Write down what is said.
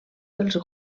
dels